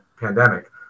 pandemic